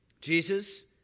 Jesus